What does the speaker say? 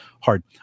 hard